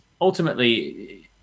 ultimately